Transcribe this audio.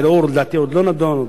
הערעור לדעתי עוד לא נדון,